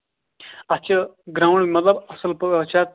اَتھ چھِ گرٛاوُنٛڈ مطلب اَصٕل پٲٹھۍ چھِ اَتھ